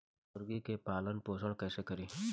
मुर्गी के पालन पोषण कैसे करी?